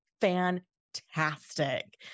fantastic